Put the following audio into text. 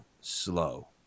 slow